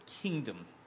kingdom